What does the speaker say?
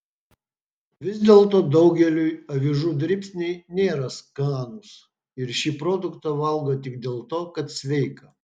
vis dėlto daugeliui avižų dribsniai nėra skanūs ir šį produktą valgo tik dėl to kad sveika